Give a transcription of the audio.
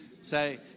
Say